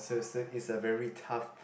ya so it's is a very tough